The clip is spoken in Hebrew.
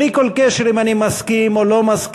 בלי כל קשר אם אני מסכים או לא מסכים,